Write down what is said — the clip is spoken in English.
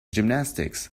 gymnastics